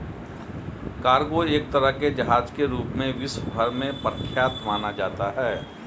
cargo एक तरह के जहाज के रूप में विश्व भर में प्रख्यात माना जाता है